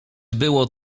było